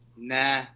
Nah